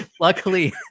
luckily